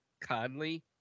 Conley